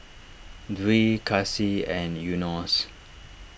Dwi Kasih and Yunos